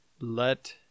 Let